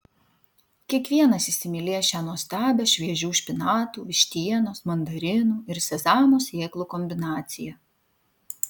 kiekvienas įsimylės šią nuostabią šviežių špinatų vištienos mandarinų ir sezamo sėklų kombinaciją